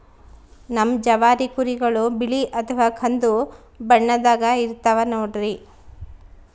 ನಮ್ ಜವಾರಿ ಕುರಿಗಳು ಬಿಳಿ ಅಥವಾ ಕಂದು ಬಣ್ಣದಾಗ ಇರ್ತವ ನೋಡ್ರಿ